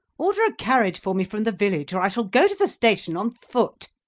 order a carriage for me from the village, or i shall go to the station on foot.